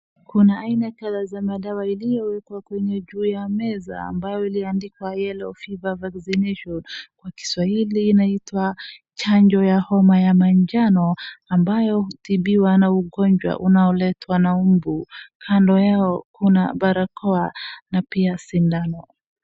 Kuna aina kadhaa za madawa iliyowekwa juu ya meza ambayo imeandikwa yellow fever vaccination , kwa kiswahili inaitwa chanjo ya homa ya manjano, ambayo hutibiwa na ugonjwa unaoletwa na mbu. Kando yao kuna barakoa na pia sindano.